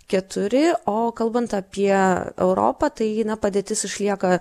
keturi o kalbant apie europą tai na padėtis išlieka